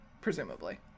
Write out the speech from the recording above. Presumably